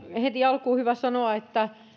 heti alkuun hyvä sanoa että